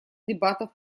дебатов